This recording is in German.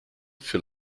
für